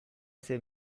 ese